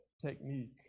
technique